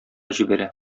җибәрә